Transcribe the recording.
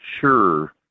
sure